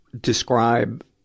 Describe